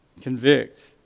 Convict